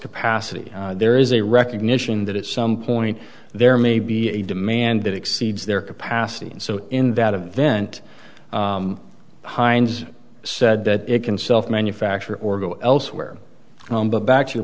capacity there is a recognition that at some point there may be a demand that exceeds their capacity and so in that event heinz said that it can self manufacture or go elsewhere but back to your